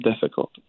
difficult